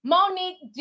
Monique